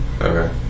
Okay